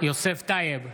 יוסף טייב,